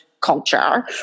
culture